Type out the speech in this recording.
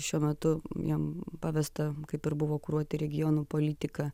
šiuo metu jam pavesta kaip ir buvo kuruoti regionų politiką